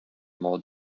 more